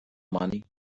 money